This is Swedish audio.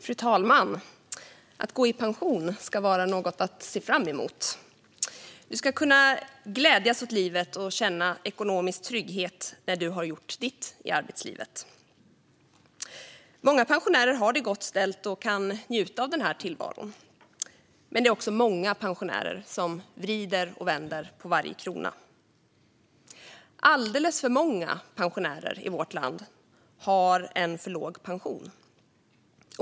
Fru talman! Att gå i pension ska vara något att se fram emot. Man ska kunna glädjas åt livet och känna ekonomisk trygghet när man har gjort sitt i arbetslivet. Många pensionärer har det gott ställt och kan njuta av tillvaron, men det är också många pensionärer som vrider och vänder på varje krona. Alldeles för många pensionärer i vårt land har en för låg pension.